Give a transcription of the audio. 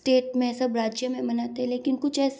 state में सब राज्य में मानते लेकिन कुछ ऐसे